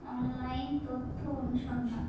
online তথ্য অনুসন্ধান